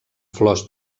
flors